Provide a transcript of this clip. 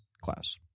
class